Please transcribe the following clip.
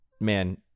man